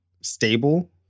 stable